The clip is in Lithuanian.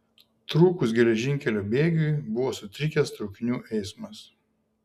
trūkus geležinkelio bėgiui buvo sutrikęs traukinių eismas